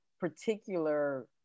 particular